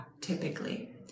typically